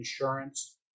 insurance